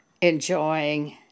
enjoying